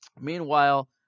Meanwhile